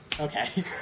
Okay